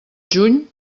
juny